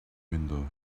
window